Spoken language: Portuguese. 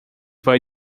vai